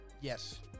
Yes